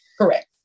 Correct